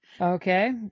Okay